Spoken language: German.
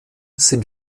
sind